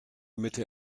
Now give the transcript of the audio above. mitte